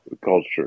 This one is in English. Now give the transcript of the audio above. culture